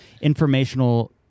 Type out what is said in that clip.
informational